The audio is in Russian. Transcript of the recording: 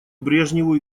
брежневу